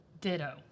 Ditto